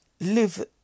Live